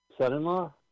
Son-in-law